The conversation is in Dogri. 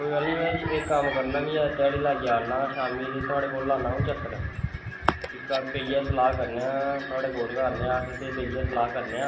कोई गल्ल नेईं मैं इक कम्म करना निं ऐ धैड़ी लाइयै औन्ना शाम्मी ते थोआड़े कोल लान्ना आऊं चक्कर इक बेहियै सलाह् करने आं थोआड़े कोल गै औन्ने आं अस ते बेहियै सलाह् करने आं